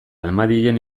almadien